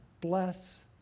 bless